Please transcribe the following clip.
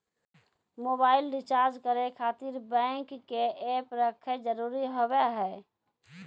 Mobile recharge करे खातिर bank के ऐप रखे जरूरी हाव है?